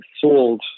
sold